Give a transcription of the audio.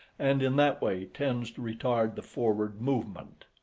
and in that way tends to retard the forward movement.